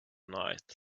night